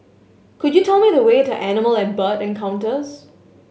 could you tell me the way to Animal and Bird Encounters